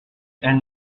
elle